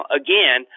again